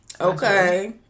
Okay